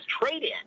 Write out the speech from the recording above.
trade-in